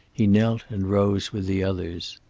he knelt and rose with the others.